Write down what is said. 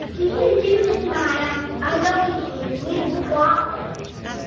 we can do this, maya. i know we can, we've got this.